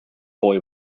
boy